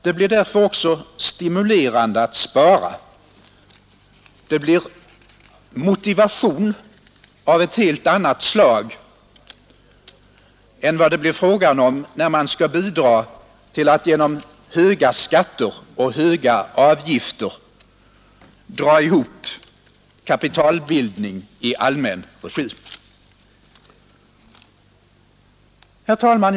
Det blir därför också stimulerande att spara; det blir en motivation av helt annat slag än när man skall bidra till att genom höga skatter och avgifter dra ihop kapitalbildning i allmän regi. Herr talman!